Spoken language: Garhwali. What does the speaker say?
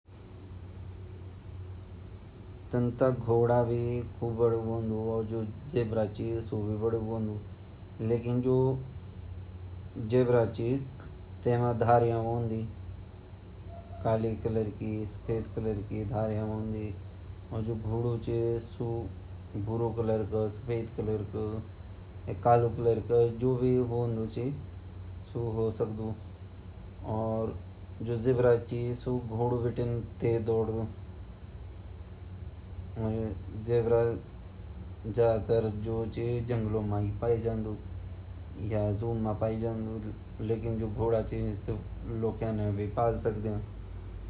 ज़ेबरा अर घोडा मा भिन्नता छे ची घोडा एकि रंगा वांदा अर ज़ेबरा म जु ची सफ़ेद अर काली लाइन वोन्दि अर दिखंड म ता पिछने बाटिन द्वी के द्वी सेम लगदा पूँछ जु ची घोड़े पूँछ भोत अच्छी रंदी अर उ भोत फुर्तीला वोन अर ज़ेबरा इति फुर्तीला नि वोन घास-घूस खांदा पर इति फुर्तीला नि वोन्दा।